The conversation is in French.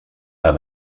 pas